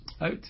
Out